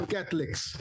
Catholics